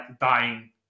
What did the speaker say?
dying